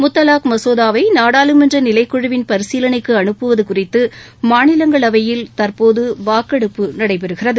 முத்தலாக் மசோதாவை நாடாளுமன்ற நிலைக்குழுவின் பரிசீலனைக்கு அனுப்புவது குறித்து மாநிலங்களவையில் தற்போது வாக்கெடுப்பு நடைபெறுகிறது